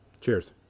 Cheers